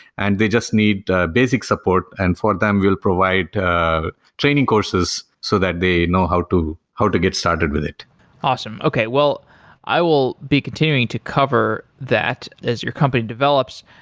and they just need basic support. and for them, we'll provide training courses, so that they know how to how to get started with it awesome. okay, well i will be continuing to cover that as your company develops.